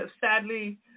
sadly